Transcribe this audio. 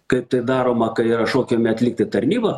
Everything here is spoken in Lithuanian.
kaip tai daroma kai yra šaukiami atlikti tarnybą